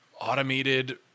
automated